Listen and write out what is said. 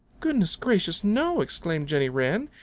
goodness gracious, no! exclaimed jenny wren.